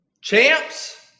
Champs